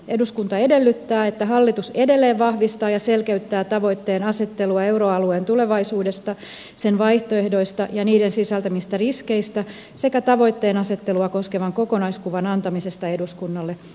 eduskunta edellyttää että hallitus edelleen vahvistaa ja selkeyttää tavoitteenasettelua euroalueen tulevaisuudesta ja sen vaihtoehdoista ja niiden sisältämistä riskeistä sekä tavoitteenasettelua koskevan kokonaiskuvan antamista eduskunnalle